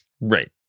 Right